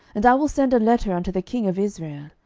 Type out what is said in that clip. and i will send a letter unto the king of israel.